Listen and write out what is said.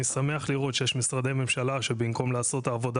אני שמח לראות שיש משרדי ממשלה שבמקום לעשות את העבודה